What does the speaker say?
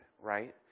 right